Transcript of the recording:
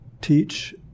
teach